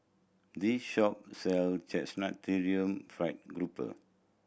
this shop sell Chrysanthemum Fried Grouper